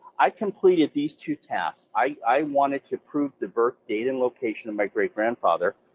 i completed these two tasks. i wanted to prove the birth date and location of my great-grandfather,